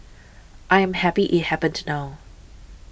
I am happy it happened now